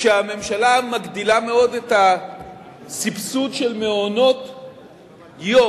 כשהממשלה מגדילה מאוד את הסבסוד של מעונות יום,